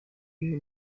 umwe